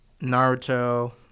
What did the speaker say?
Naruto